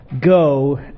go